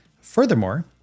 Furthermore